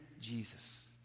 jesus